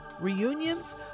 reunions